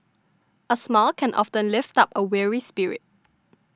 a smile can often lift up a weary spirit